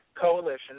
Coalition